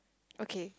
okay